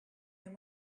than